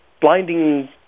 blinding